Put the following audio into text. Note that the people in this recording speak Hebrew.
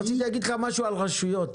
רציתי להגיד לך משהו על רשויות.